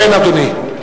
כן, אדוני.